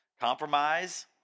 compromise